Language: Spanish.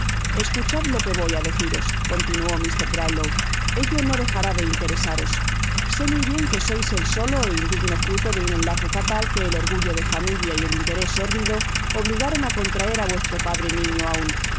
escuchad lo que voy á deciros continuó mr brownlow ello no dejará de interesaros se muy bien que sois el solo é indigno fruto de un enlace fatal que el orgullo de familia y el interés sórdido obligaron á contraer á vuestro padre niño aun